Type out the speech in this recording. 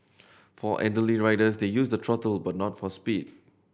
for elderly riders to use the throttle but not for speed